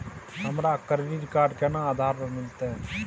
हमरा credit card केना आधार पर मिलते?